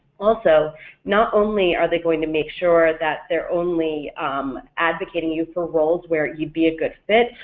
also not only are they going to make sure that they're only advocating you for roles where you'd be a good fit,